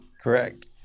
Correct